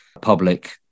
public